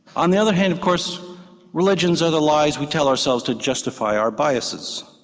on the other hand of course religions are the lies we tell ourselves to justify our biases.